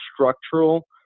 structural